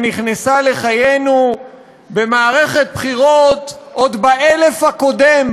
שנכנסה לחיינו במערכת בחירות עוד באלף הקודם,